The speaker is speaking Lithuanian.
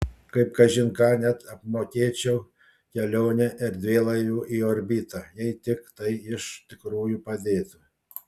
kaip kažin ką net apmokėčiau kelionę erdvėlaiviu į orbitą jei tik tai iš tikrųjų padėtų